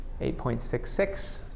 8.66